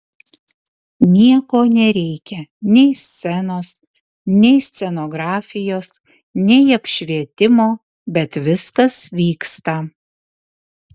nieko nereikia nei scenos nei scenografijos nei apšvietimo bet viskas vyksta